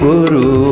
Guru